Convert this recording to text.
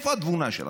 איפה התבונה שלכם?